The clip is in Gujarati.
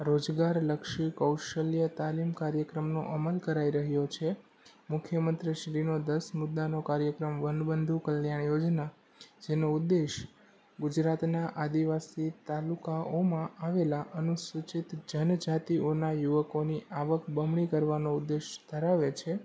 રોજગારલક્ષી કૌશલ્ય તાલીમ કાયર્ક્રમનો અમલ કરાઇ રહ્યો છે મુખ્યમંત્રીશ્રીનો દસ મુદાનો કાયર્ક્રમ વનબંધુ કલ્યાણ યોજના જેનો ઉદ્દેશ ગુજરાતના આદિવાસી તાલુકાઓમાં આવેલા અનુસૂચિત જનજાતિઓના યુવકોની આવક બમણી કરવાનો ઉદ્દેશ ધરાવે છે